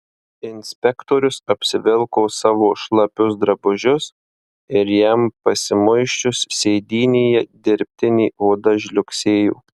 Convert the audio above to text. inspektorius apsivilko savo šlapius drabužius ir jam pasimuisčius sėdynėje dirbtinė oda žliugsėjo